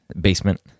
basement